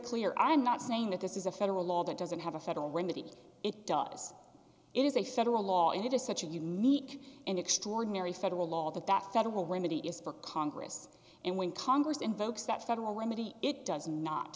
clear i'm not saying that this is a federal law that doesn't have a federal remedy it does it is a federal law and it is such a unique and extraordinary federal law that that federal remedy is for congress and when congress invokes that federal limiting it does not